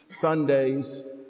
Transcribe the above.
Sundays